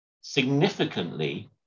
significantly